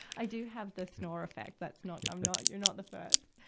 i do have the snore effect. that's not, i'm not, you're not the first.